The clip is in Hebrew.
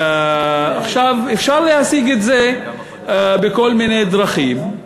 עכשיו, אפשר להשיג את זה בכל מיני דרכים.